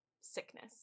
sickness